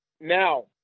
Now